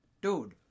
dude